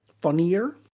Funnier